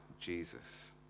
Jesus